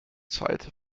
zeit